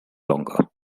longer